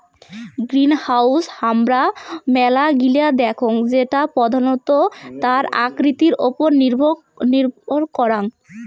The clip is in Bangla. গ্রিনহাউস হামারা মেলা গিলা দেখঙ যেটা প্রধানত তার আকৃতির ওপর নির্ভর করাং